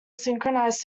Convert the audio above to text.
synchronized